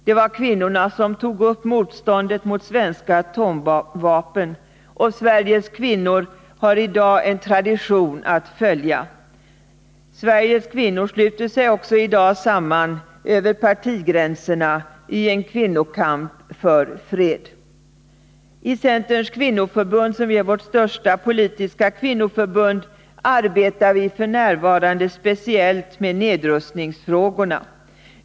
Det var kvinnorna som tog upp motståndet mot svenska atomvapen, och Sveriges kvinnor har i dag en tradition att följa. Sveriges kvinnor sluter sig också i dag samman över partigränserna i en kvinnokamp för fred. I centerns kvinnoförbund, som är vårt största politiska kvinnoförbund, arbetar vi f. n. speciellt med nedrustningsfrågorna.